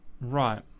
right